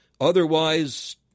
Otherwise